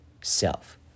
self